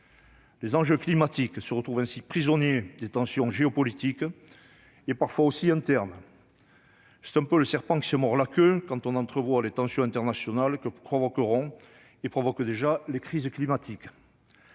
Les enjeux climatiques se retrouvent ainsi prisonniers des tensions géopolitiques, et parfois internes. Cela évoque un serpent qui se mord la queue, alors que l'on entrevoit les tensions internationales que provoqueront- et provoquent déjà -les crises climatiques.